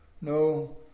No